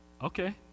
Okay